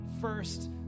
first